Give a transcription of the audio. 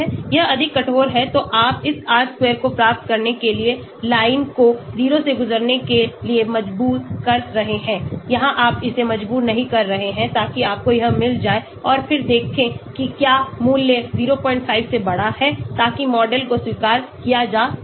यह अधिक कठोर है तो आप इस r square को प्राप्त करने के लिए लाइन को 0 से गुजरने के लिए मजबूर कर रहे हैं यहां आप इसे मजबूर नहीं कर रहे हैं ताकि आपको यह मिल जाए और फिर देखें कि क्या मूल्य 05 है ताकि मॉडल को स्वीकार किया जा सके